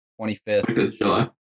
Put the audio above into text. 25th